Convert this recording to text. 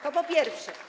To po pierwsze.